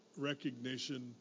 recognition